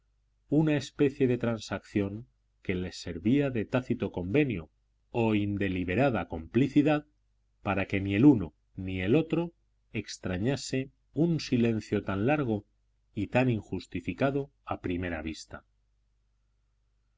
una especie de transacción que les servía de tácito convenio o indeliberada complicidad para que ni el uno ni el otro extrañase un silencio tan largo y tan injustificado a primera vista